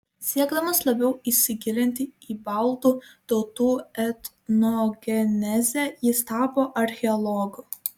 siekdamas labiau įsigilinti į baltų tautų etnogenezę jis tapo archeologu